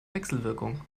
wechselwirkung